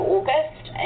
August